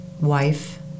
wife